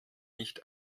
nicht